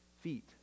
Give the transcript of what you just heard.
feet